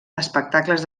espectacles